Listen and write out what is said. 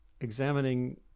examining